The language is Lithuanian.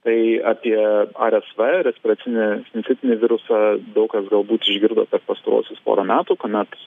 tai apie rsv respiracinį sincitinį virusą daug kas galbūt išgirdo per pastaruosius porą metų kuomet